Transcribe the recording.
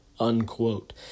unquote